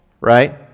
right